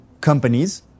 companies